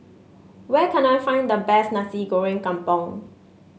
where can I find the best Nasi Goreng Kampung